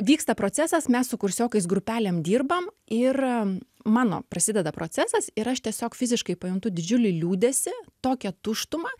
vyksta procesas mes su kursiokais grupelėm dirbam ir am mano prasideda procesas ir aš tiesiog fiziškai pajuntu didžiulį liūdesį tokią tuštumą